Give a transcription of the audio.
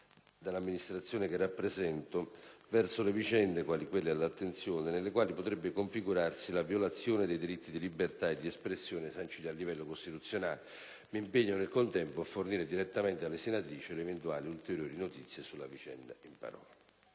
dall'amministrazione che rappresento verso le vicende quali quella all'attenzione, nelle quali potrebbe configurarsi la violazione dei diritti di libertà e di espressione sanciti a livello costituzionale, impegnandomi, nel contempo, a fornire direttamente alla senatrice le eventuali ulteriori notizie sulla vicenda in parola.